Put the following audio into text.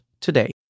today